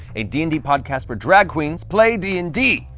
a d and d podcast where drag queens play d and d!